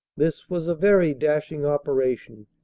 this was a very dashing operation,